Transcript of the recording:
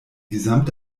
gesamte